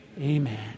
Amen